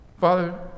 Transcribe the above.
Father